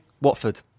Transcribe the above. Watford